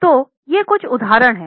तो ये कुछ उदाहरण हैं